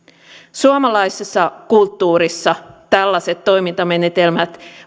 suomalaisessa kulttuurissa tällaisia toimintamenetelmiä